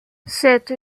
cette